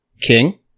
King